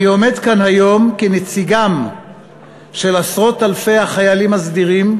אני עומד כאן היום כנציגם של עשרות אלפי החיילים הסדירים,